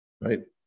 right